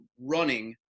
running